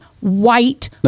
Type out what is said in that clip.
white